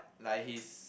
like his